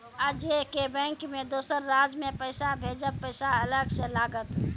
आजे के बैंक मे दोसर राज्य मे पैसा भेजबऽ पैसा अलग से लागत?